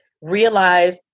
realize